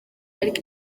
ariko